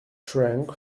trunk